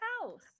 house